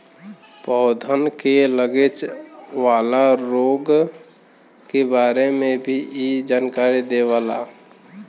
पौधन के लगे वाला रोग के बारे में भी इ जानकारी देवला